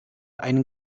ein